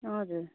हजुर